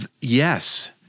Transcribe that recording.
yes